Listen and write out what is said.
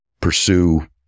pursue